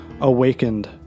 awakened